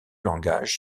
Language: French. langage